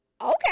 okay